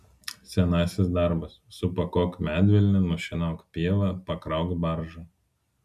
senasis darbas supakuok medvilnę nušienauk pievą pakrauk baržą